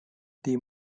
the